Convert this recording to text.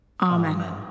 Amen